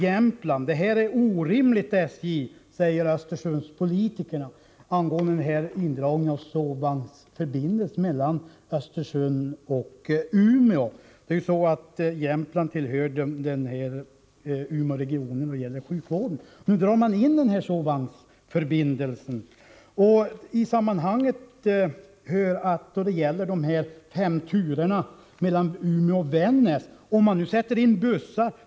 Vidare säger politikerna i Östersund i Jämtland angående indragningen av sovvagnsförbindelsen Umeå-Östersund: Det här är orimligt, SJ! Jämtland tillhör Umeåregionen när det gäller sjukvården, och nu skall, som sagt, sovvagnsförbindelsen Umeå-Östersund upphöra. I detta sammanhang kan också nämnas följande då det gäller de fem turerna mellan Umeå och Vännäs. Bussar skall alltså sättas in i den trafiken.